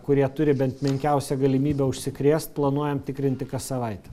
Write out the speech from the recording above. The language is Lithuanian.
kurie turi bent menkiausią galimybę užsikrėst planuojam tikrinti kas savaitę